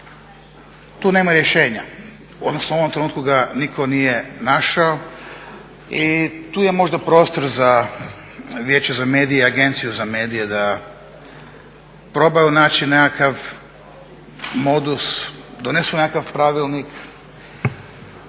tu nema rješenja odnosno u ovom trenutku ga nitko nije našao i tu je možda prostor za Vijeće za medije i Agenciju za medije da probaju naći nekakva modus, donesu nekakav pravilnik